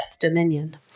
dominion